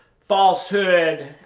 falsehood